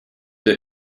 der